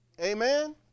Amen